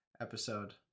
episode